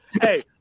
hey